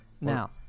Now